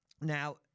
now